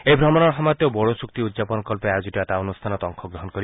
এই ভ্ৰমণৰ সময়ত তেওঁ বড়ো চুক্তি উদযাপনকল্পে আয়োজিত এটা অনুষ্ঠানত অংশগ্ৰহণ কৰিব